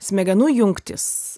smegenų jungtys